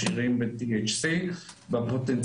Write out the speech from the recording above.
הסיבות לזה נחלקות לשניים: קודם כל,